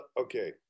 okay